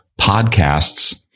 podcasts